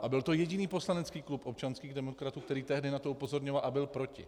A byl to jediný poslanecký klub občanských demokratů, který tehdy na to upozorňoval a byl proti.